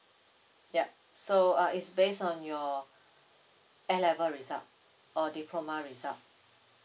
ya so uh is based on your A level result or diploma result